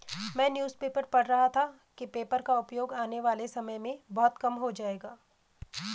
मैं newspaper में पढ़ रहा था कि पेपर का उपयोग आने वाले समय में बहुत कम हो जाएगा